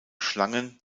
schlangen